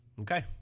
Okay